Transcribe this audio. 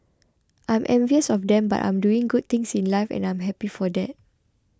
I'm envious of them but I'm doing good things in life and I am happy for that